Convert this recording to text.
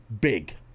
big